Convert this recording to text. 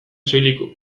soilik